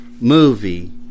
movie